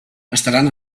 estaran